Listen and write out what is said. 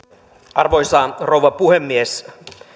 arvoisa rouva puhemies